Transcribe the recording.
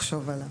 לחשוב עליו.